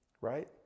right